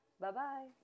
Bye-bye